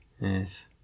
Yes